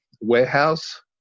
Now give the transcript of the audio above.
warehouse